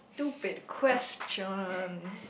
stupid questions